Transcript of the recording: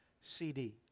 CD